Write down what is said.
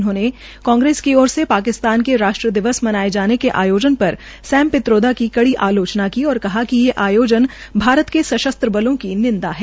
उन्होंने कांग्रेस की ओर से शाकिस्तान के राष्ट्र दिवस मनाये जाने के आयोजन र सैम पित्रोदा की कड़ी आलोचना की और कहा कि ये आयोजन भारत के सशरूत्र बलों की निंदा है